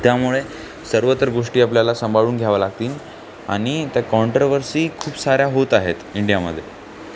त्यामुळे सर्वतर गोष्टी आपल्याला संभाळून घ्यावे लागतील आणि त्या कॉन्ट्रवर्सी खूप साऱ्या होत आहेत इंडियामध्ये